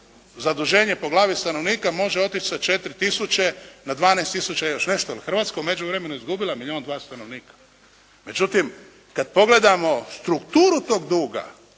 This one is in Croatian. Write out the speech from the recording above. zaduženje po glavi stanovnika može otići sa 4000 na 12000 i još nešto. Hrvatska je u međuvremenu izgubila milijun, dva stanovnika. Međutim, kad pogledamo strukturu tog duga